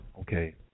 okay